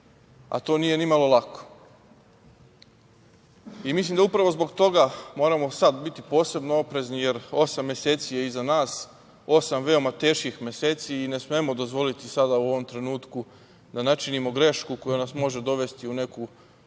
a to nije ni malo lako. Mislim da upravo zbog toga moramo biti sad posebno oprezni, jer osam meseci je iza nas, osam veoma teških meseci i ne smemo dozvoliti sada u ovom trenutku da načinimo grešku koja nas može dovesti u neku